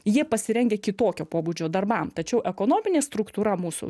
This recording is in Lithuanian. jie pasirengę kitokio pobūdžio darbam tačiau ekonominė struktūra mūsų